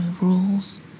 rules